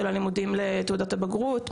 של הלימודים לתעודת הבגרות,